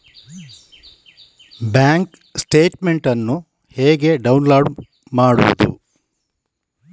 Bank statement ಅನ್ನು ಹೇಗೆ download ಮಾಡುವುದು?